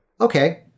okay